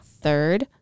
third